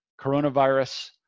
coronavirus